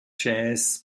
jazz